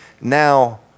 now